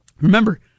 remember